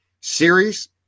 series